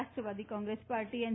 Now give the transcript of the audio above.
Rashtravadi Congress party N